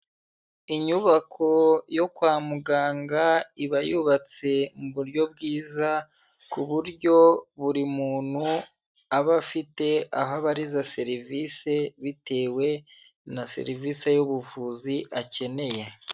Inyubako yo kwa muganga, iba yubatse mu buryo bwiza ku buryo buri muntu aba afite aho abariza serivise bitewe na serivise y'ubuvuzi akeneye.